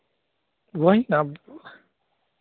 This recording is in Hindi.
वही ना अब